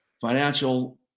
financial